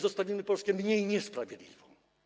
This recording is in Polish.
Zostawimy Polskę mniej niesprawiedliwą.